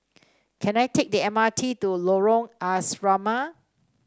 can I take the M R T to Lorong Asrama